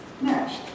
Next